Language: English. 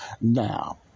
Now